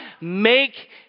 make